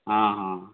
ହଁ ହଁ